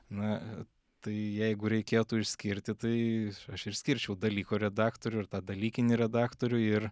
na tai jeigu reikėtų išskirti tai aš ir skirčiau dalyko redaktorių ar tą dalykinį redaktorių ir